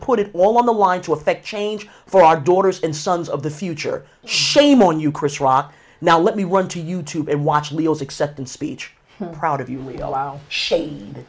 put it all on the line to affect change for our daughters and sons of the future shame on you chris rock now let me want to you tube and watch leo's acceptance speech proud of you read aloud shade